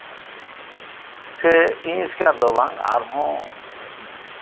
ᱥᱮ ᱤᱧ ᱮᱥᱠᱟᱨ ᱫᱚ ᱵᱟᱝ ᱟᱨᱦᱚᱸ